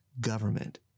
government